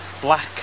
Black